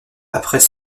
après